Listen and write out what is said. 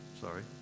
sorry